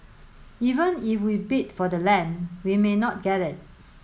even if we bid for the land we may not get it